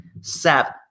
set